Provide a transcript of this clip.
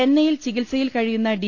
ചെന്നൈയിൽ ചികിത്സയിൽ കഴിയുന്ന ഡി